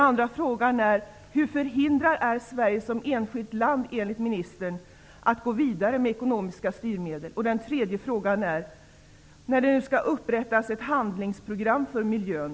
2.Hur förhindrat är Sverige som enskilt land att gå vidare med ekonomiska styrmedel? 3.Hur kommer Sverige att agera när det nu skall upprättas ett handlingsprogram för miljön?